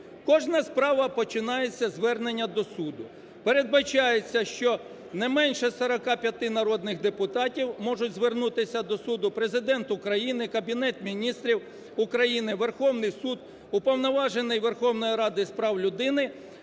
Кожна справа починається з звернення до суду. Передбачається, що не менше 45 народних депутатів можуть звернутися до суду, Президент України, Кабінет Міністрів України, Верховний Суд, Уповноважений Верховної Ради з прав людини